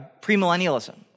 premillennialism